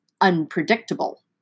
unpredictable